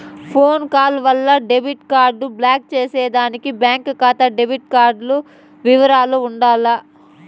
phone call వల్ల debit card block చేసేదానికి బాంకీ కాతా డెబిట్ కార్డుల ఇవరాలు ఉండాల